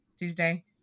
Tuesday